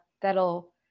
that'll